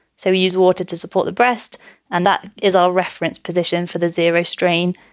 so we use water to support the breast and that is our reference position for the zero strain.